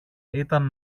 ήταν